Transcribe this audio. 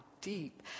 deep